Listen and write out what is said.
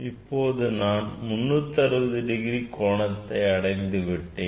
இப்போது நான் 360 டிகிரி கோணத்தை அடைந்து விட்டேன்